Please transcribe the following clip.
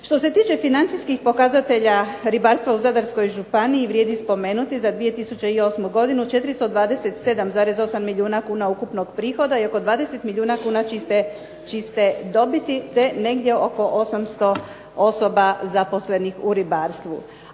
Što se tiče financijskih pokazatelja ribarstva u Zadarskoj županiji vrijedi spomenuti za 2008. godinu 427,8 milijuna kuna ukupnog prihoda i oko 20 milijuna kuna čiste dobiti, te negdje oko 800 osoba zaposlenih u ribarstvu.